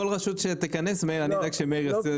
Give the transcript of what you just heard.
לכל רשות שתיכנס, אני אדאג שמאיר יעשה מצ'ינג.